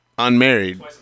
Unmarried